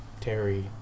Terry